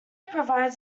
provides